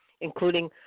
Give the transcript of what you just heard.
including